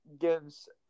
gives